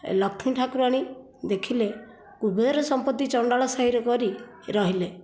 ଲକ୍ଷ୍ମୀ ଠାକୁରାଣୀ ଦେଖିଲେ କୁବେର ସମ୍ପତ୍ତି ଚଣ୍ଡାଳ ସାହିରେ କରି ରହିଲେ